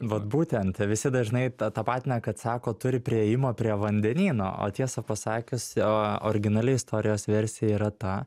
vat būtent visi dažnai ta tapatina kad sako turi priėjimą prie vandenyno o tiesą pasakius o originali istorijos versija yra ta